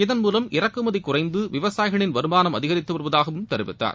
இதன் மூலம் இறக்குமதி குறைந்து விவசாயிகளின் வருமானம் அதிகரித்து வருவதாக தெரிவித்தார்